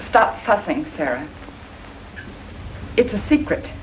stop pursing sarah it's a secret